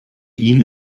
ihn